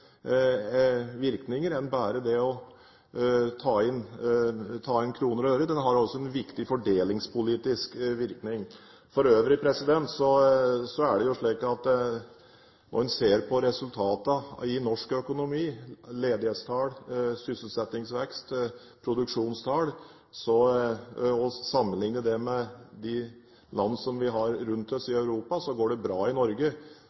andre virkninger enn bare å ta inn kroner og øre – den har også en viktig fordelingspolitisk virkning. For øvrig: Når en ser på resultatene i norsk økonomi – ledighetstall, sysselsettingsvekst, produksjonstall – og sammenligner dette med land vi har rundt oss i Europa, så går det bra i Norge,